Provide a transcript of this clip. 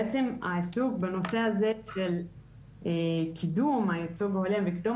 בעצם העיסוק בנושא הזה של קידום הייצוג ההולם וקידום